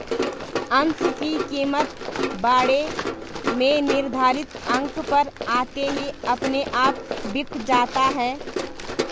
अंश की कीमत बाड़े में निर्धारित अंक पर आते ही अपने आप बिक जाता है